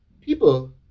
people